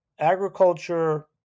agriculture